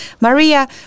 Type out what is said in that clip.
Maria